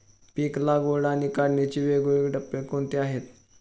पीक लागवड आणि काढणीचे वेगवेगळे टप्पे कोणते आहेत?